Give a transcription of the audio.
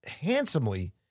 handsomely